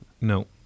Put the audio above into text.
No